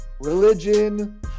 religion